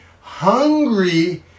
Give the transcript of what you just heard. hungry